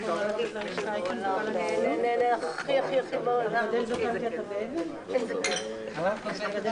ננעלה בשעה 12:24.